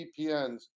VPNs